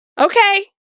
Okay